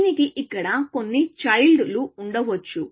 దీనికి ఇక్కడ కొన్ని చైల్డ్ లు ఉండవచ్చు